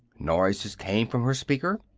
noises came from her speaker.